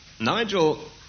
Nigel